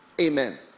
Amen